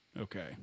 Okay